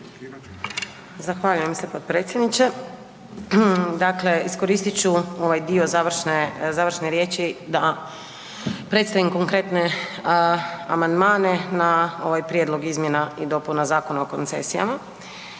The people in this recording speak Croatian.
Zahvaljujem se potpredsjedniče. Dakle, iskoristi ću ovaj dio završne riječi da predstavim konkretne amandmane na ovaj prijedlog izmjena i dopuna Zakona o koncesijama.